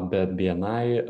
bet bni